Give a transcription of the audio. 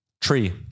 Tree